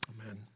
Amen